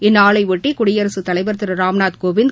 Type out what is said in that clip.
இந்நாளையொட்டி குடியரசுத் தலைவர் திருராம்நாத் கோவிந்த்